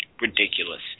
ridiculous